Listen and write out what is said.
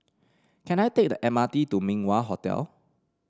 can I take the M R T to Min Wah Hotel